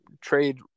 trade